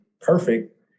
perfect